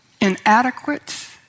inadequate